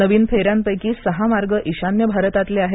नवीन फेऱ्यांपैकी सहा मार्ग ईशान्य भारतातले आहेत